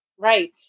Right